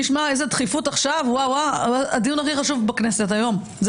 זהו לא הדיון הכי חשוב בכנסת היום.